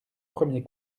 premier